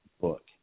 book